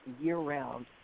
year-round